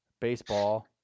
baseball